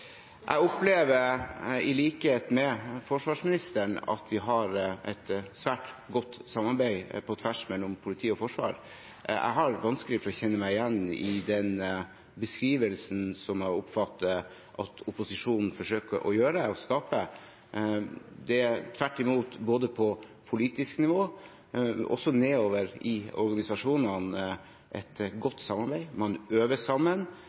Jeg opplever, i likhet med forsvarsministeren, at vi har et svært godt samarbeid – på tvers – mellom politi og forsvar. Jeg har vanskelig for å kjenne meg igjen i den beskrivelsen som jeg oppfatter at opposisjonen forsøker å gi. Det er tvert imot – både på politisk nivå og nedover i organisasjonene – et godt samarbeid. Man øver sammen, man finner gode løsninger sammen,